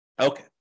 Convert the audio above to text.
Okay